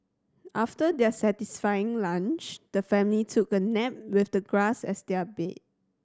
after their satisfying lunch the family took a nap with the grass as their bed